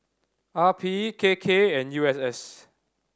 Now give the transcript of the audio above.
R P K K and U S S